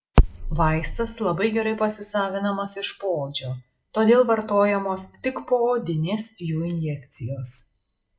vaistas labai gerai pasisavinamas iš poodžio todėl vartojamos tik poodinės jų injekcijos